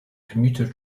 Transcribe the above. commuter